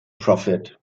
prophet